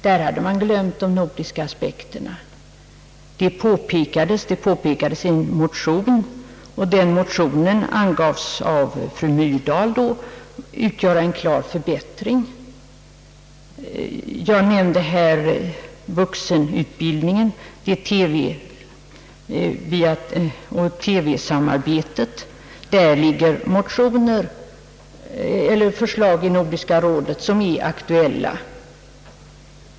Där hade man glömt de nordiska aspekterna. Dessa påpekades i en motion, och den motionen angavs då av fru Myrdal utgöra en klar förbättring. Jag nämnde här TV samarbetet på vuxenutbildningens område, där det föreligger förslag i Nordiska rådet som är aktuella.